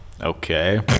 Okay